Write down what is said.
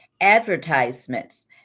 advertisements